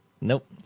Nope